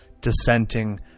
dissenting